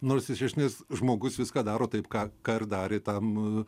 nors iš esmės žmogus viską daro taip ką ką ir darė tam